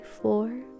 four